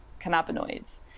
cannabinoids